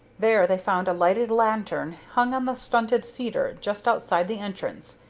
there they found a lighted lantern hung on the stunted cedar just outside the entrance,